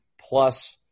plus